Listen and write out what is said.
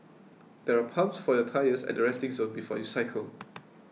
there are pumps for your tyres at resting zone before you cycle